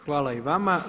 Hvala i vama.